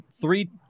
three